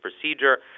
procedure